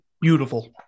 Beautiful